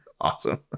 Awesome